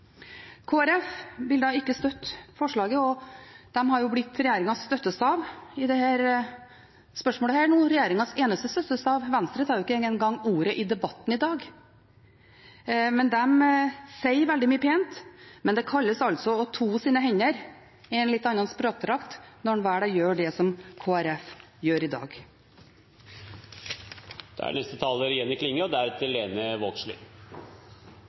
Folkeparti vil ikke støtte forslaget. De har jo blitt regjeringens støttestav i dette spørsmålet nå – regjeringens eneste støttestav. Venstre tar ikke engang ordet i debatten i dag. De sier veldig mye pent, men det kalles altså å toe sine hender – i en litt annen språkdrakt – når en velger å gjøre det som Kristelig Folkeparti gjør i dag. Eg vil dvele litt ved omgrepet «konservatisme». Konservatisme kan vere bra så lenge ein evnar å ta med seg det som er